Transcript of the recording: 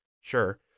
Sure